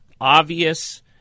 Obvious